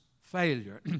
failure